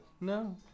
no